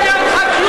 שום דבר אחר לא.